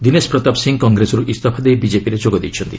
ଦିନେଶ ପ୍ରତାପ ସିଂହ କଂଗ୍ରେସରୁ ଇସଫା ଦେଇ ବିଜେପିରେ ଯୋଗ ଦେଇଛନ୍ତି